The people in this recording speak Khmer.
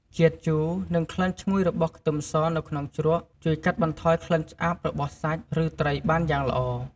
ជាតិជូរ និងក្លិនឈ្ងុយរបស់ខ្ទឹមសនៅក្នុងជ្រក់ ជួយកាត់បន្ថយក្លិនឆ្អាបរបស់សាច់ ឬត្រីបានយ៉ាងល្អ។